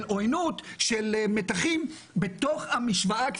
של עוינות ושל מתחים בתוך המשוואה של מדינה יהודית ודמוקרטית,